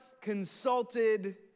consulted